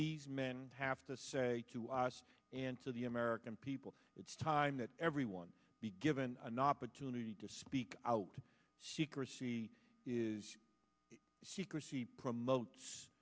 these men have to say to us and to the american people it's time that everyone be given an opportunity to speak out she crecy is secrecy promotes